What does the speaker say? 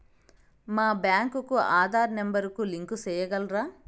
మా బ్యాంకు కు ఆధార్ నెంబర్ కు లింకు సేయగలరా?